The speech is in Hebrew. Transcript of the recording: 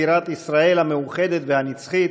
בירת ישראל המאוחדת והנצחית,